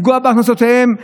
לפגוע בהכנסות שלהן?